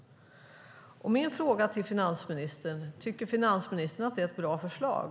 Min fråga till finansministern är: Tycker finansministern att det är ett bra förslag?